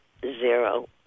zero